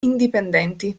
indipendenti